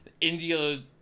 India